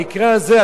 במקרה הזה,